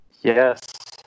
Yes